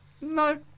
No